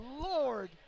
lord